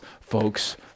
folks